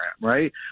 right